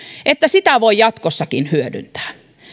voi jatkossakin hyödyntää